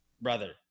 brother